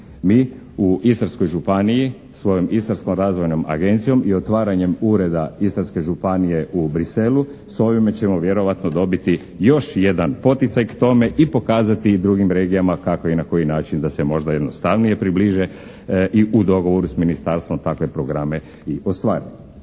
Mi u Istarskoj županiji svojom Istarskom razvojnom agencijom i otvaranjem ureda Istarske županije u Bruxellesu s ovime ćemo vjerojatno dobiti još jedan poticaj, k tome i pokazati i drugim regijama kako i na koji način da se možda jednostavno približe i u dogovoru s ministarstvom takve programe i ostvare.